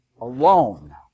alone